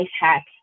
hacks